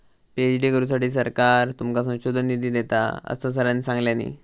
PhD करुसाठी सरकार तुमका संशोधन निधी देता, असा सरांनी सांगल्यानी